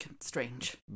strange